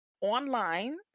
online